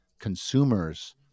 consumers